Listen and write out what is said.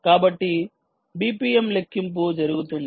కాబట్టి బిపిఎం లెక్కింపు జరుగుతుంది